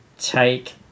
take